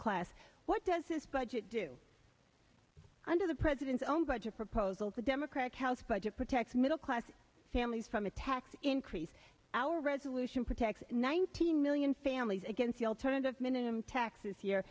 class what does this budget do under the president's own budget proposal the democratic house budget protects middle class families from a tax increase our resolution protects nineteen million families against the alternative minimum tax